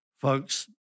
Folks